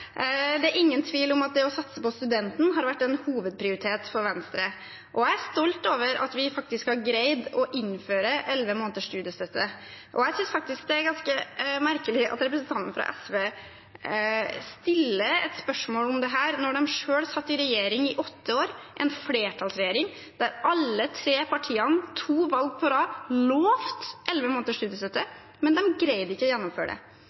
Det er ingen tvil om at det å satse på studenten har vært en hovedprioritet for Venstre, og jeg er stolt over at vi faktisk har greid å innføre 11 måneders studiestøtte. Jeg synes faktisk det er ganske merkelig at representanten fra SV stiller et spørsmål om dette når de selv satt i regjering i åtte år, en flertallsregjering der alle tre partiene – to valg på rad – lovet 11 måneders studiestøtte, men ikke greide å gjennomføre det.